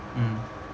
mm